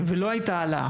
ולא הייתה עלייה,